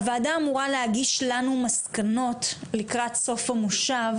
הוועדה אמורה להגיש לנו מסקנות לקראת סוף המושב,